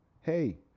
hey